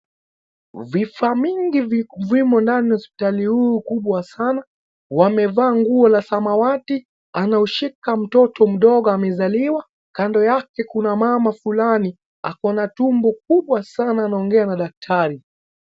Vifaa mingi vimo ndani hospitalini huu kubwa sana, wamevaa nguo la samawati, anaushika mtoto mdogo amezaliwa, kando yake kuna mama fulani, ako na tumbo kubwa sana anaongea na daktari.